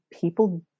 people